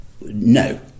No